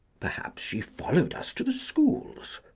perhaps she followed us to the schools.